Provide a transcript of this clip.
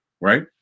right